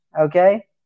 okay